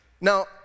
Now